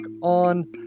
on